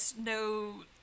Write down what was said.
no